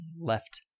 left